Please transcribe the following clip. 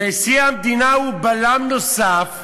נשיא המדינה הוא בלם נוסף,